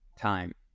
time